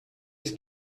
است